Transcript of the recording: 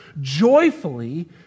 joyfully